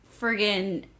friggin